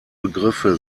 begriffe